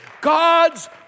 God's